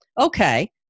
okay